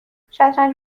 شطرنج